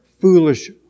foolish